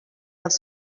dels